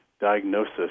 diagnosis